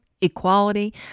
equality